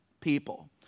people